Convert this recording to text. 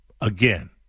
again